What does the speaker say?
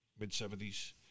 mid-'70s